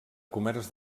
comerç